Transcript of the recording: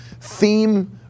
theme